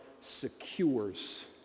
secures